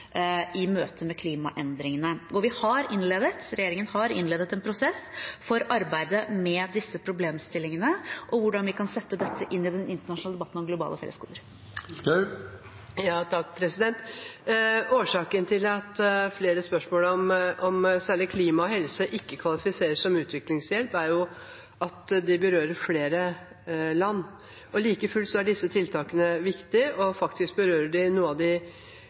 i møte med klimaendringene. Regjeringen har innledet en prosess for arbeidet med disse problemstillingene og hvordan vi kan sette dette inn i den internasjonale debatten om globale fellesgoder. Årsaken til at flere spørsmål om særlig klima og helse ikke kvalifiserer som utviklingshjelp, er at de berører flere land. Like fullt er disse tiltakene viktige, faktisk berører de kanskje noen av de